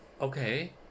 Okay